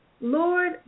Lord